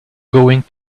going